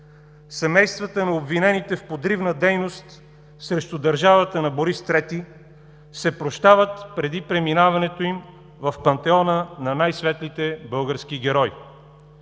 Семействата на обвинените в подривна дейност срещу държавата на Борис III се прощават преди преминаването им в Пантеона на най-светлите български герои.